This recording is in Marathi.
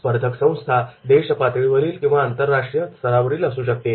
स्पर्धक संस्था देशपातळीवरील किंवा आंतरराष्ट्रीय स्तरावरील असू शकते